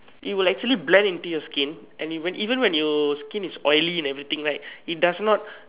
it will actually blend into your skin and it even when your skin is oily and everything right it does not